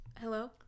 Hello